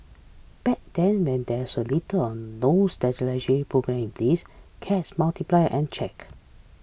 back then when there was little or no sterilisation programme in place cats multiply uncheck